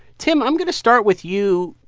tim, i'm going to start with you.